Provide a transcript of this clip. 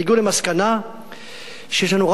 והגיעו למסקנה שיש לנו,